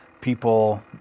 people